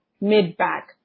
mid-back